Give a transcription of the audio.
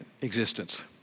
existence